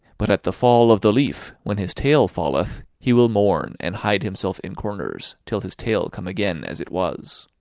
but at the fall of the leaf, when his tail falleth, he will mourn and hide himself in corners, till his tail come again as it was.